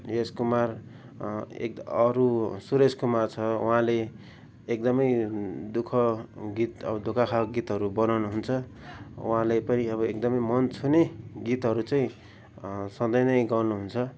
यस कुमार एक अरू सुरेशकुमार छ उहाँले एकदमै दुःख गीत अब धोका खाएको गीतहरू बनाउनुहुन्छ उहाँले पनि अब एकदमै मन छुने गीतहरू चाहिँ सधैँ नै गाउनुहुन्छ